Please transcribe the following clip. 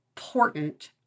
important